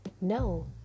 No